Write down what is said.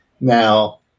Now